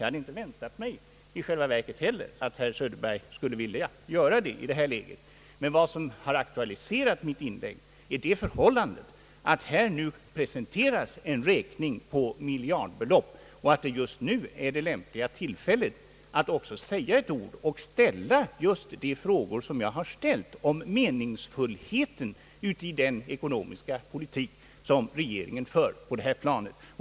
Jag hade i själva verket inte heller väntat att herr Söderberg skulle vilja göra det. Vad som aktualiserade mitt inlägg är det förhållandet, att här nu presenteras en räkning på miljardbelopp och att just nu det lämpliga tillfället är inne att ställa just de frågor som jag har ställt om meningsfullheten i den ekonomiska politik som regeringen för på det här planet.